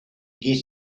you